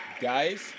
Guys